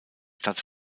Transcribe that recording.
stadt